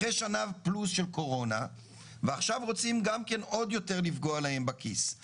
הם אחרי שנה של קורונה ועכשיו רוצים לפגוע בכיסם